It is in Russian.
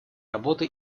работы